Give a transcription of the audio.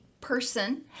person